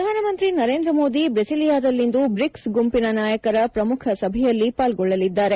ಪ್ರಧಾನಮಂತ್ರಿ ನರೇಂದ್ರ ಮೋದಿ ಬ್ರೆಸಿಲಿಯಾದಲ್ಲಿಂದು ಬ್ರಿಕ್ಸ್ ಗುಂಪಿನ ನಾಯಕರ ಪ್ರಮುಖ ಸಭೆಯಲ್ಲಿ ಪಾಲ್ಗೊಳ್ಳಲಿದ್ದಾರೆ